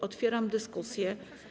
Otwieram dyskusję.